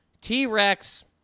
T-Rex